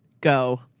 go